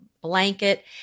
blanket